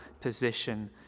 position